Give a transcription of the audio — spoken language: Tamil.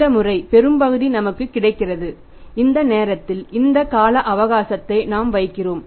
இந்த முறை பெரும்பகுதி நமக்கு கிடைக்கிறது இந்த நேரத்தில் இந்த கால அவகாசத்தை நாம் வைத்திருக்கிறோம்